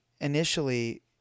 initially